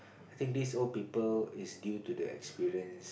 I think these old people is due to the experience